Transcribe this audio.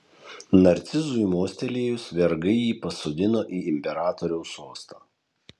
narcizui mostelėjus vergai jį pasodino į imperatoriaus sostą